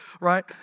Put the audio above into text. right